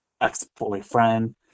ex-boyfriend